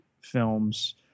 films